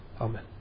Amen